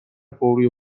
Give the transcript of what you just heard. فوری